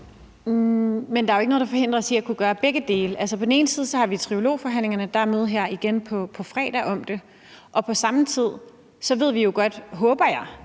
Men der er jo ikke noget, der forhindrer os i at kunne gøre begge dele. På den ene side har vi trilogforhandlingerne, og der er møde her igen på fredag om det, og på samme tid ved vi jo godt, det håber jeg,